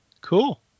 Cool